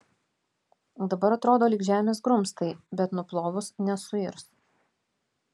dabar atrodo lyg žemės grumstai bet nuplovus nesuirs